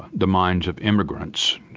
the minds of immigrants,